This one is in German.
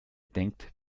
denkt